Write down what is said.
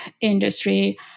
industry